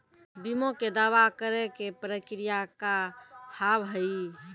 बीमा के दावा करे के प्रक्रिया का हाव हई?